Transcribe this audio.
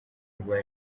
rwa